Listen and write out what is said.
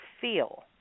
feel